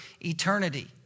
eternity